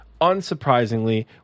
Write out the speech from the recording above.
unsurprisingly